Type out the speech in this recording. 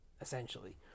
essentially